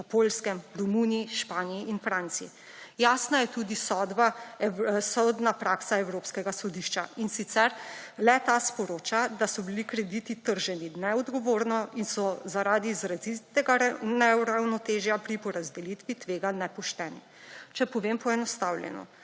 na Poljskem, v Romuniji, Španiji in Franciji. Jasna je tudi sodna praksa Evropskega sodišča, in sicer le-ta sporoča, da so bili krediti trženi neodgovorno in so zaradi izrazitega neuravnotežja pri porazdelitvi tveganj nepošteni. Če povem poenostavljeno.